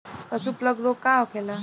पशु प्लग रोग का होखेला?